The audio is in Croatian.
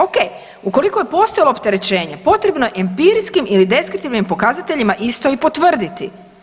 Ok, ukoliko je postojalo opterećenje potrebno je empirijskim ili deskriptivnim pokazateljima isto i potvrditi.